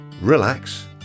relax